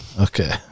Okay